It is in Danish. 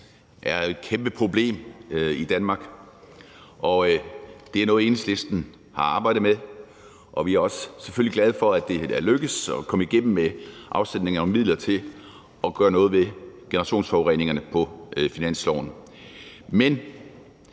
er kæmpe problemer i Danmark, og det er noget, Enhedslisten har arbejdet med, og vi er selvfølgelig også glade for, at det er lykkedes at komme igennem med afsætningen af midler på finansloven til at gøre noget ved generationsforureningerne. Men